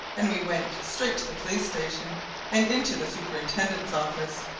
and we went straight to the police station and into the superintendent's office.